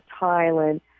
Thailand